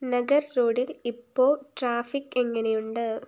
നഗർ റോഡിൽ ഇപ്പോൾ ട്രാഫിക് എങ്ങനെയുണ്ട്